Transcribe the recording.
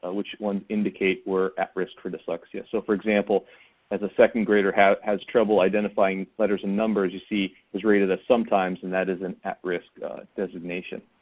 ah which ones indicate were at-risk for dyslexia. so for example as a second grader has has trouble identifying letters and numbers. you see is rated as sometimes and that is an at-risk designation.